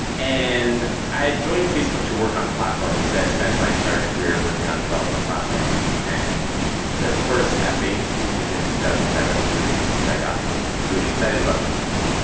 and i had joined facebook to work on platform, because i'd spent my entire career working on developer platforms and the first f eight, which was in two thousand and seven was really the thing that got me really excited about the company.